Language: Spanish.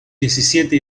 diecisiete